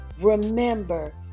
remember